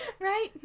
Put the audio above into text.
Right